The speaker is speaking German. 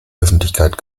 öffentlichkeit